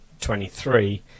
23